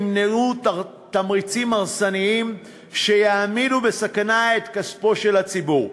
ימנעו תמריצים הרסניים שיעמידו בסכנה את כספו של הציבור.